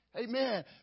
Amen